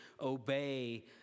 obey